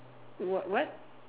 what what